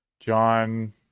John